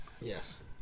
Yes